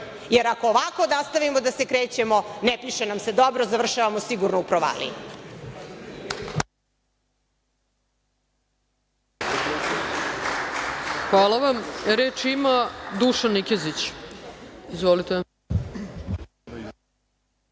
jer ako ovako nastavimo da se krećemo, ne piše nam se dobro, završavamo sigurno u provaliji.